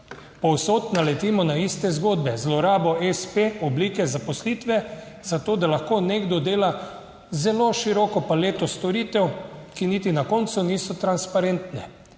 Povsod naletimo na iste zgodbe: zlorabo espe, oblike zaposlitve, zato da lahko nekdo dela zelo široko paleto storitev, ki niti na koncu niso transparentne.